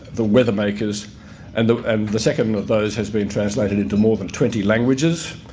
the weather makers and the and the second of those has been translated into more than twenty languages.